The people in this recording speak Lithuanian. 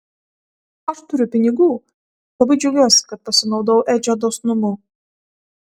aš turiu pinigų labai džiaugiuosi kad pasinaudojau edžio dosnumu